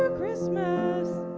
ah christmas